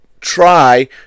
try